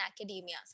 academia